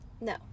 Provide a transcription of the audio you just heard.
No